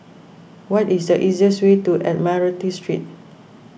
what is the easiest way to Admiralty Street